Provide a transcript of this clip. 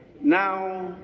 now